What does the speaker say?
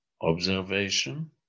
observation